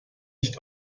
nicht